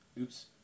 oops